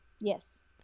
Yes